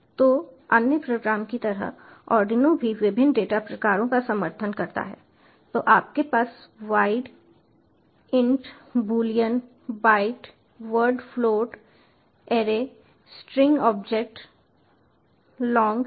तो अन्य प्रोग्राम की तरह आर्डिनो भी विभिन्न डेटा प्रकारों का समर्थन करता है तो आपके पास void int boolean byte word float array string object long हैं